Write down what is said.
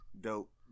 dope